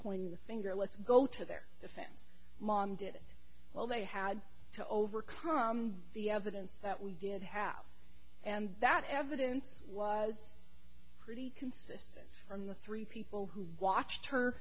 pointing the finger let's go to their defense mom did well they had to overcome the evidence that we did have and that evidence was pretty consistent from the three people who watched her